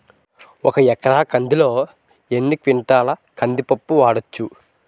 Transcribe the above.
ఒక ఎకర కందిలో ఎన్ని క్వింటాల కంది పప్పును వాడచ్చు?